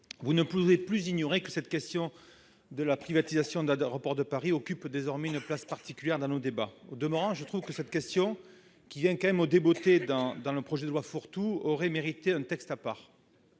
vous ne pouvez plus ignorer que cette question de la privatisation d'Aéroports de Paris occupe désormais une place particulière dans nos débats. Au demeurant, je trouve que cette question, qui vient au débotté dans ce projet de loi fourre-tout, aurait mérité un texte à part.